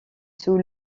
sous